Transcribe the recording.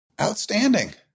Outstanding